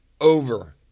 over